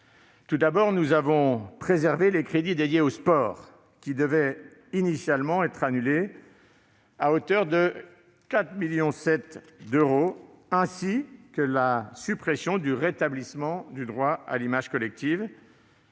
Tout d'abord, nous avons préservé les crédits dédiés au sport, qui devaient initialement être annulés, à hauteur de 4,7 millions d'euros, ainsi que la suppression du rétablissement du droit à l'image collective.